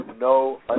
no